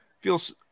feels